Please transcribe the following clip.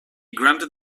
granted